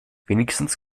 wenigstens